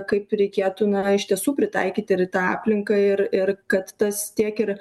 kaip reikėtų na iš tiesų pritaikyti ir į tą aplinką ir ir kad tas tiek ir